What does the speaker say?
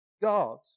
God